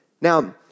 Now